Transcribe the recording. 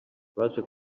baje